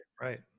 right